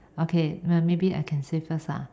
okay maybe I can say first ah